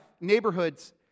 neighborhoods